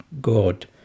God